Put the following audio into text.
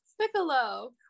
Piccolo